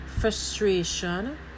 frustration